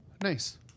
Nice